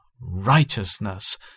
righteousness